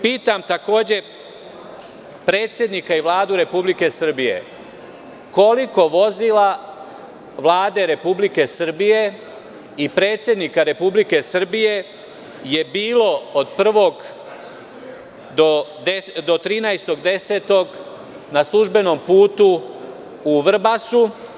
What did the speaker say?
Pitam, takođe predsednika i Vladu Republike Srbije – koliko vozila Vlade Republike Srbije i predsednika Republike Srbije je bilo od 1. do 13. oktobra na službenom putu u Vrbasu?